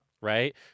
Right